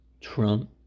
Trump